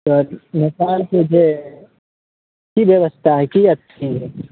तऽ नेपालसे जे सीधे रस्ता हइ किएक छीनि लेतै